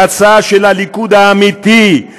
הצעה של הליכוד האמיתי,